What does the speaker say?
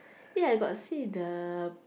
eh I got see the